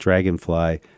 Dragonfly